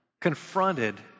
confronted